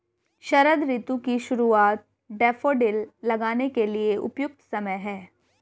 शरद ऋतु की शुरुआत डैफोडिल लगाने के लिए उपयुक्त समय है